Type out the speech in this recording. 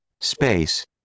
Space